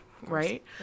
Right